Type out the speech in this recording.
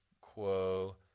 quo